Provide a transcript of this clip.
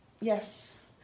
Yes